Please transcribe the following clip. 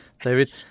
David